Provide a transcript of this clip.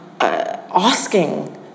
asking